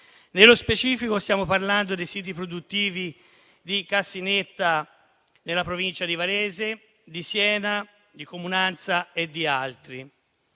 Nello specifico, stiamo parlando dei siti produttivi di Cassinetta, nella provincia di Varese, di Siena, di Comunanza e di altri.